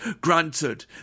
Granted